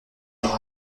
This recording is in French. leurs